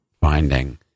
finding